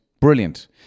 brilliant